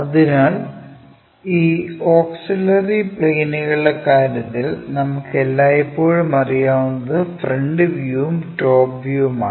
അതിനാൽ ഈ ഓക്സിലറി പ്ളേനുകളുടെ കാര്യത്തിൽ നമുക്ക് എല്ലായ്പ്പോഴും അറിയാവുന്നത് ഫ്രണ്ട് വ്യൂവും ടോപ് വ്യൂവും ആണ്